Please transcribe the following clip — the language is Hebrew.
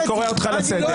אני קורא אותך לסדר.